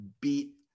beat